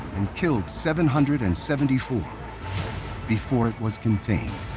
and killed seven hundred and seventy four before it was contained.